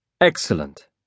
Excellent